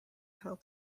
help